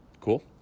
Cool